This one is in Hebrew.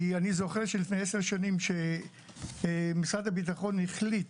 כי אני זוכר שלפני עשר שנים כשמשרד הבטחון החליט